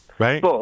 Right